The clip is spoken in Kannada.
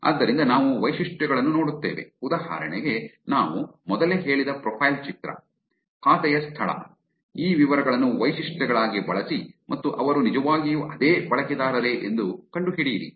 ಆದ್ದರಿಂದ ನಾವು ವೈಶಿಷ್ಟ್ಯಗಳನ್ನು ನೋಡುತ್ತೇವೆ ಉದಾಹರಣೆಗೆ ನಾವು ಮೊದಲೇ ಹೇಳಿದ ಪ್ರೊಫೈಲ್ ಚಿತ್ರ ಖಾತೆಯ ಸ್ಥಳ ಈ ವಿವರಗಳನ್ನು ವೈಶಿಷ್ಟ್ಯಗಳಾಗಿ ಬಳಸಿ ಮತ್ತು ಅವರು ನಿಜವಾಗಿಯೂ ಅದೇ ಬಳಕೆದಾರರೇ ಎಂದು ಕಂಡುಹಿಡಿಯಿರಿ